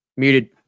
muted